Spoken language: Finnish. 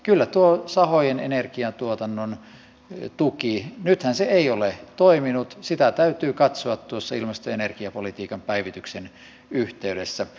kyllä tuota sahojen energiantuotannon tukea nythän se ei ole toiminut täytyy katsoa tuossa ilmasto ja energiapolitiikan päivityksen yhteydessä